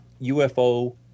UFO